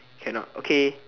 cannot okay